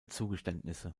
zugeständnisse